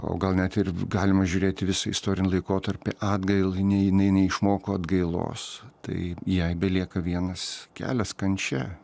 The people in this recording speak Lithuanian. o gal net ir galima žiūrėti visą istorinį laikotarpį atgailai nei jinai neišmoko atgailos tai jai belieka vienas kelias kančia